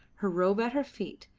her robe at her feet,